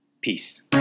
Peace